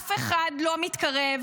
אף אחד לא מתקרב